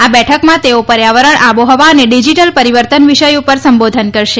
આ બેઠકમાં તેઓ પર્યાવરણ આબોહવા અને ડિજીટલ પરિવર્તન વિષય ઉપર સંબોધન કરશે